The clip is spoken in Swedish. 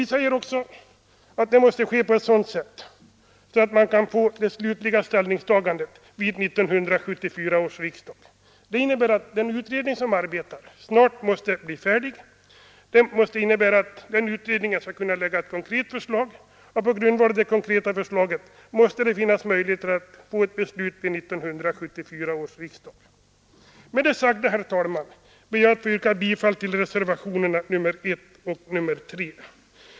Vi säger också att detta måste ske på ett sådant sätt att man kan få det slutliga ställningstagandet vid 1974 års riksdag. Det innebär att den utredning som arbetar snart måste bli färdig och att utredningen skall kunna lägga fram ett konkret förslag. På grundval av det konkreta förslaget måste det finnas möjligheter att få ett beslut vid 1974 års riksdag. Med det sagda, herr talman, ber jag att få yrka bifall till reservationerna I och III.